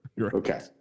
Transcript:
Okay